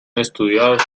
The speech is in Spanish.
estudiados